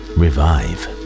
revive